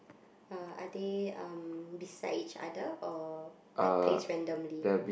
uh are they um beside each other or like placed randomly